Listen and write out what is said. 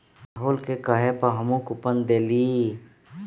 राहुल के कहे पर हम्मे कूपन देलीयी